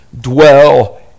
dwell